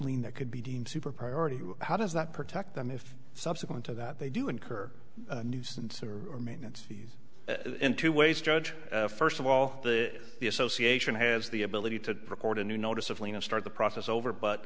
lien that could be deemed super priority how does that protect them if subsequent to that they do incur nuisance or are maintenance fees in two ways judge first of all the the association has the ability to record a new notice of lena start the process over but